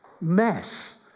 Mess